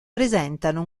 presentano